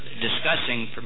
discussing